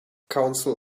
council